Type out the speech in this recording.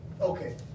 okay